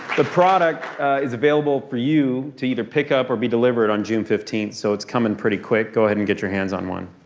the product is available for you to either pick up or be delivered on june fifteenth, so it's coming pretty quick. go ahead and get your hands on one.